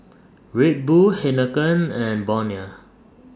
Red Bull Heinekein and Bonia